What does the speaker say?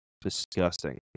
disgusting